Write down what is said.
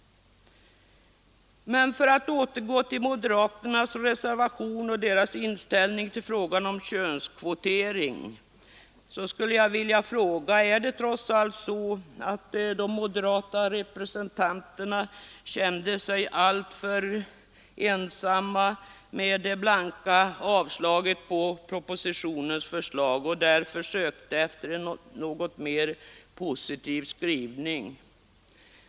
Men för att återgå till moderaternas reservation nr 5 och deras inställning till frågan om könskvotering, så skulle jag vilja fråga: Är det trots allt så att de moderata representanterna kände sig alltför ensamma med det blanka avslaget på propositionens förslag och därför sökte efter en något mer positiv skrivning?